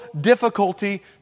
difficulty